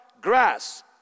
Grass